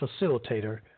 facilitator